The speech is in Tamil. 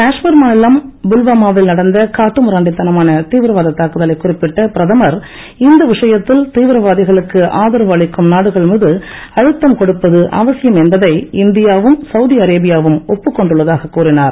காஷ்மீர் மாநிலம் புல்வாமாவில் நடந்த காட்டுமிராண்டித்தனமான தீவிரவாத தாக்குதலை குறிப்பிட்ட பிரதமர் இந்த விஷயத்தில் தீவிரவாதிகளுக்கு ஆதரவு அளிக்கும் நாடுகள் மீது அழுத்தம் கொடுப்பது இந்தியாவும் அவசியம் என்பதை ஒப்புக்கொண்டுள்ளதாகக் கூறினார்